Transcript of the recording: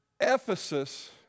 Ephesus